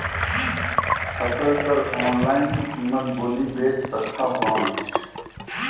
फसल कर ऑनलाइन कीमत बोली बेच सकथव कौन?